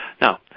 Now